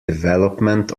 development